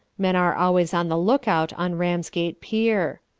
men are always on the look-out on ramsgate pier.